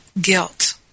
guilt